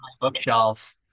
bookshelf